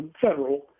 federal